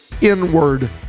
inward